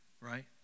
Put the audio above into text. right